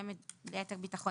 שיהיה ליתר ביטחון